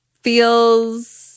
feels